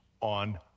on